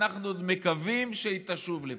ואנחנו עוד מקווים שהיא תשוב לפה.